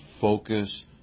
focus